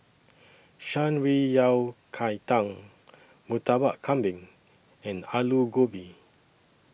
Shan Rui Yao Cai Tang Murtabak Kambing and Aloo Gobi